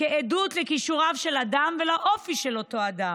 כעדות לכישוריו של אדם ולאופי של אותו אדם.